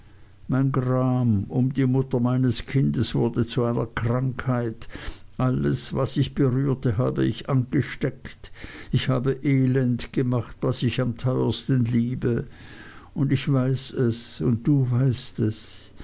mein gram um die mutter meines kindes wurde zu einer krankheit alles was ich berührte habe ich angesteckt ich habe elend gemacht was ich am teuersten liebe und ich weiß es und du weißt es